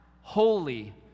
holy